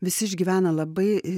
visi išgyvena labai